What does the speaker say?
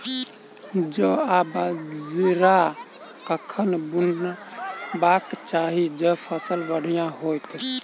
जौ आ बाजरा कखन बुनबाक चाहि जँ फसल बढ़िया होइत?